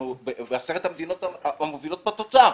בעשר המדינות המובילות בתוצר.